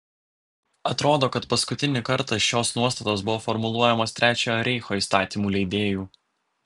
atrodo kad paskutinį kartą šios nuostatos buvo formuluojamos trečiojo reicho įstatymų leidėjų